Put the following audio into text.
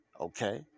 Okay